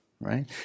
right